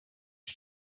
you